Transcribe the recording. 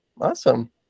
awesome